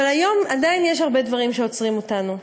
כיום עדיין יש הרבה דברים שעוצרים אותנו.